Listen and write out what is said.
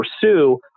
pursue